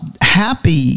happy